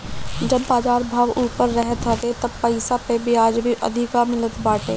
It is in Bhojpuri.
जब बाजार भाव ऊपर रहत हवे तब पईसा पअ बियाज भी अधिका मिलत बाटे